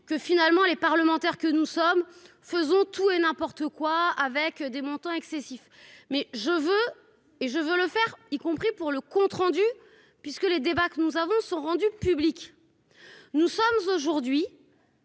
que finalement les parlementaires que nous sommes, faisons tout et n'importe quoi avec des montants excessifs mais je veux et je veux le faire, y compris pour le compte rendu puisque les débats que nous avons sont rendus publics, nous sommes aujourd'hui.